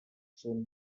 soon